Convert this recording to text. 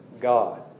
God